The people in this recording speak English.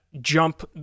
jump